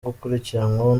gukurikiranwa